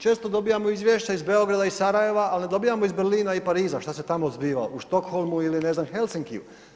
Često odbijamo izvješća iz Beograda i Sarajeva ali ne dobivamo iz Berlina i Pariza šta se tamo zbiva u Štokholmu ili ne znam Helsinkiju.